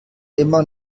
immer